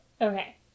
Okay